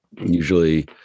usually